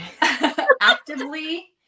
Actively